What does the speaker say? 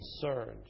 concerned